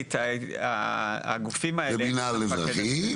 שפורמלית הגופים האלה --- זה מינהל אזרחי.